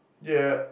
yeah